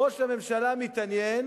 ראש הממשלה מתעניין